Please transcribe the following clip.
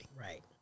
Right